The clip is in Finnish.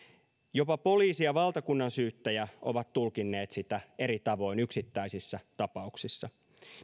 jopa poliisi ja valtakunnansyyttäjä ovat tulkinneet sitä eri tavoin yksittäisissä tapauksissa